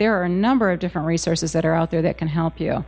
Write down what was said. there are a number of different resources that are out there that can help you